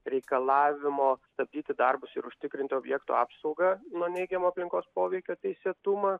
reikalavimo stabdyti darbus ir užtikrinti objekto apsaugą nuo neigiamo aplinkos poveikio teisėtumą